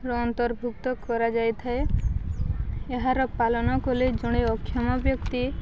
ର ଅନ୍ତର୍ଭୁକ୍ତ କରାଯାଇଥାଏ ଏହାର ପାଳନ କଲେ ଜଣେ ଅକ୍ଷମ ବ୍ୟକ୍ତି